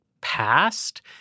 passed